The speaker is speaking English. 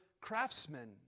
craftsmen